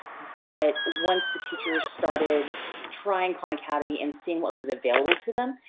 but once the teachers started trying khan academy and seeing what was available to them,